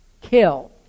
kill